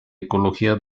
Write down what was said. ecología